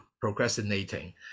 procrastinating